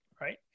Right